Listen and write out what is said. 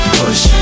push